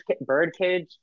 birdcage